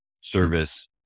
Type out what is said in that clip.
service